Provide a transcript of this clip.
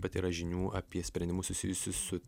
bet yra žinių apie sprendimus susijusius su